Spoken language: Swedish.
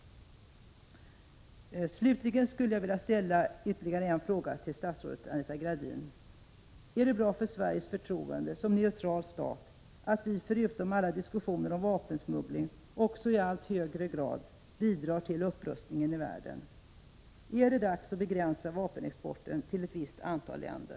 Slutligen skulle jag vilja ställa ytterligare en fråga till statsrådet Anita Gradin: Är det bra för Sveriges förtroende som neutral stat att vi förutom alla diskussioner om vapensmuggling också i allt högre grad bidrar till upprustningen i världen? Är det dags att begränsa vapenexporten till ett visst antal länder?